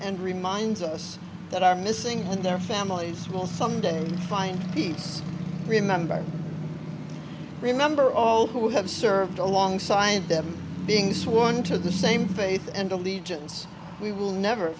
and reminds us that our missing and their families will someday find peace remember remember all who have served alongside them being sworn to the same faith and allegiance we will never